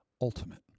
ultimate